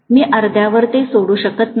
मी अर्ध्यावर ते सोडू शकत नाही